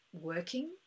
working